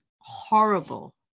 horrible